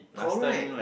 correct